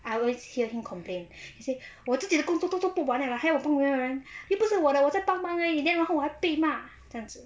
I always hear him complain he say 我自己的工作都做不完了还要我帮别人又不是我的我在帮忙而已然后我还被骂这样子